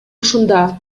ушунда